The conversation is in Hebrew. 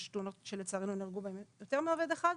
יש תאונות שלצערנו נהרגו בהם יותר מעובד אחד,